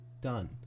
done